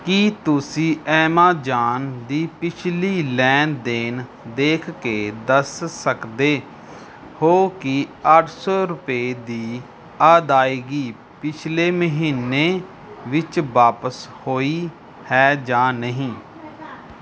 ਕੀ ਤੁਸੀਂਂ ਐਮਾਜਾਨ ਦੀ ਪਿਛਲੀ ਲੈਣ ਦੇਣ ਦੇਖ ਕੇ ਦੱਸ ਸਕਦੇ ਹੋ ਕਿ ਅੱਠ ਸੌ ਰੁਪਏ ਦੀ ਅਦਾਇਗੀ ਪਿਛਲੇ ਮਹੀਨੇ ਵਿੱਚ ਵਾਪਸ ਹੋਈ ਹੈ ਜਾਂ ਨਹੀਂ